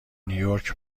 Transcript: نییورک